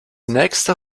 nächster